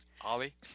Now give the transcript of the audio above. Ollie